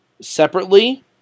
separately